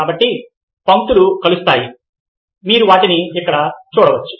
కాబట్టి పంక్తులు కలుస్తాయి మీరు వాటిని ఇక్కడ చూడవచ్చు